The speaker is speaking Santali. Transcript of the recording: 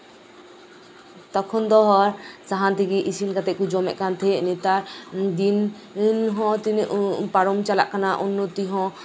ᱛᱚᱠᱷᱚᱱ ᱫᱚ ᱦᱚᱲ ᱥᱟᱦᱟᱱ ᱛᱮᱜᱮ ᱤᱥᱤᱱ ᱠᱟᱛᱮᱫ ᱠᱚ ᱡᱚᱢᱮᱫ ᱛᱟᱦᱮᱱ ᱱᱮᱛᱟᱨ ᱫᱤᱱ ᱛᱤᱱᱟᱹᱜ ᱯᱟᱨᱚᱢ ᱪᱟᱞᱟᱜ ᱠᱟᱱᱟ ᱩᱱᱟᱹᱜ ᱩᱱᱱᱚᱯᱛᱤ ᱦᱚᱸ